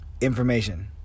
Information